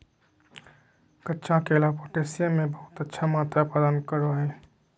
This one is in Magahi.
कच्चा केला पोटैशियम के बहुत अच्छा मात्रा प्रदान करो हइ